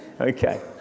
Okay